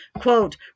Quote